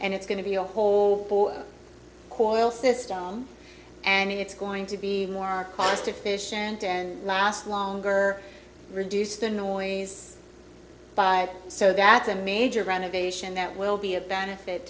and it's going to be a whole coil system and it's going to be more cost efficient and last longer reduce the noise by so that's a major renovation that will be a benefit